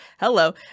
Hello